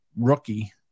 rookie